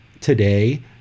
today